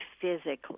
physically